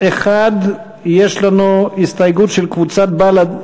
1 יש לנו הסתייגות של קבוצת סיעת בל"ד,